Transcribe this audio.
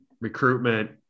recruitment –